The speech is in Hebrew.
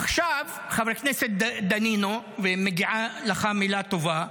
עכשיו, חבר כנסת דנינו, ומגיעה לך מילה טובה,